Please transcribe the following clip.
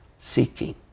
seeking